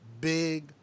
big